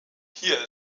hier